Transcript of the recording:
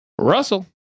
Russell